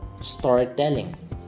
storytelling